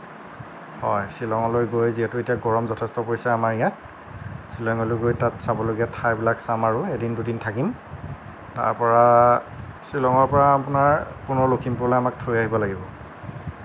হয় শ্বিলঙলৈ গৈ যিহেতু এতিয়া গৰম যথেষ্ট পৰিছে আমাৰ ইয়াত শ্বিলঙলৈ গৈ তাত চাবলগীয়া ঠাইবিলাক চাম আৰু এদিন দুদিন থাকিম তাৰ পৰা শ্বিলঙৰ পৰা আপোনাৰ পুনৰ লখিমপুৰলৈ আমাক থৈ আহিব লাগিব